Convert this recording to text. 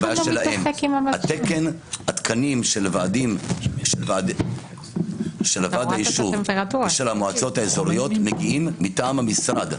התקנים של ועד היישוב ושל המועצות האזוריות מגיעים מטעם המשרד.